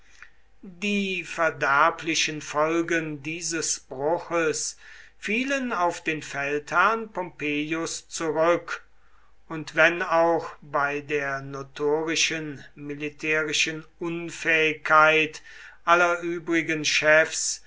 die verderblichen folgen dieses bruches fielen auf den feldherrn pompeius zurück und wenn auch bei der notorischen militärischen unfähigkeit aller übrigen chefs